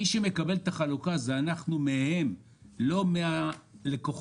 מי שמקבל את החלוקה, זה אנחנו מהם ולא מהלקוחות.